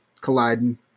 colliding